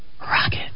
Rocket